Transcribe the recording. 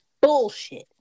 bullshit